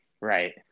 Right